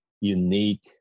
unique